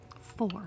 Four